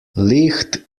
licht